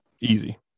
easy